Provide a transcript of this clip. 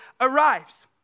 arrives